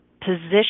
position